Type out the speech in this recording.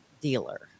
dealer